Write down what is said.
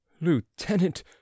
Lieutenant